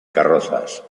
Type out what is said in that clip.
carrozas